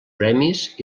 premis